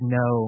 no